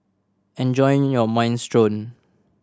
enjoy your Minestrone